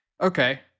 Okay